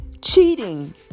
Cheating